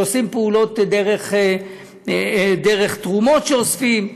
פעולות דרך תרומות שאוספים,